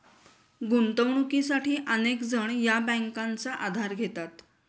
गुंतवणुकीसाठी अनेक जण या बँकांचा आधार घेतात